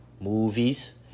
movies